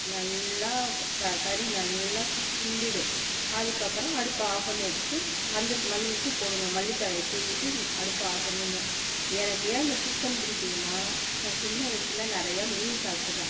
நல்லா க க கறி நல்லா சுண்டிடும் அதுக்கப்புறம் அடுப்பை ஆஃப் பண்ணி வெச்சுட்டு மஞ்சத் மன் இது போடணும் மல்லித்தழையை தூவிட்டு இந் அடுப்பை ஆஃப் பண்ணிரணும் எனக்கு ஏன் இந்த சிக்கன் பிடிக்கிதுனா நான் சின்ன வயசுல நிறையா மீன் சாப்பிட்ருக்கேன்